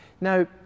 Now